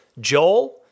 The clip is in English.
Joel